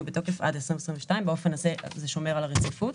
בתוקף עד 2022. באופן הזה זה שומר על הרציפות,